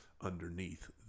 underneath